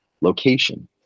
location